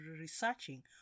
researching